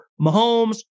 Mahomes